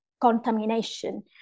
contamination